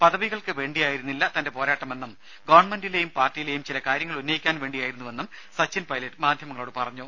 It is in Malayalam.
പദവികൾക്ക് വേണ്ടിയായിരുന്നില്ല തന്റെ പോരാട്ടമെന്നും ഗവൺമെന്റിലേയും പാർട്ടിയിലേയും ചില കാര്യങ്ങൾ ഉന്നയിക്കാൻ വേണ്ടിയായിരുന്നുവെന്നും സച്ചിൻ പൈലറ്റ് മാധ്യമങ്ങളോട് പറഞ്ഞു